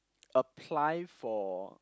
apply for